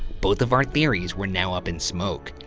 both of our theories were now up in smoke,